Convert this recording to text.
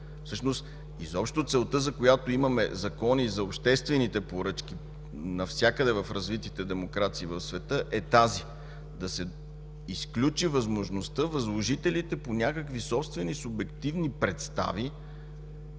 Всъщност изобщо целта, която има при законите за обществените поръчки навсякъде в развитите демокрации в света, е тази: да се изключи възможността възложителите по някакви собствени субективни представи,